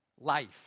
Life